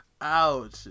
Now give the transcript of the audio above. Ouch